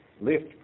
lift